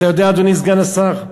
אתה יודע, אדוני סגן השר,